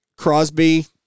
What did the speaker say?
Crosby